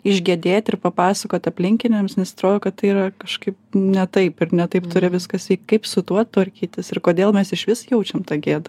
išgedėti ir papasakot aplinkiniams nes atrodo kad tai yra kažkaip ne taip ir ne taip turi viskas vykt kaip su tuo tvarkytis ir kodėl mes išvis jaučiam tą gėdą